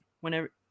whenever